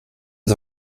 het